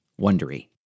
Wondery